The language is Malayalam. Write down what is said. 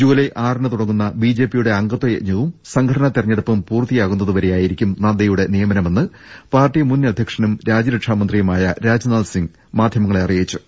ജൂലൈ ആറിന് തുടങ്ങുന്ന ബിജെപിയുടെ അംഗത്വ യജ്ഞവും സംഘടനാ തെരഞ്ഞെടുപ്പും പൂർത്തി യാകുന്നതു വരെയായിരിക്കും നദ്ദയുടെ നിയമനമെന്ന് പാർട്ടി മുൻ അധ്യക്ഷനും രാജ്യരക്ഷാ മന്ത്രിയുമായ രാജ്നാഥ് സിങ് മാധ്യമങ്ങളെ അറിയിച്ചു